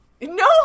No